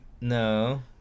No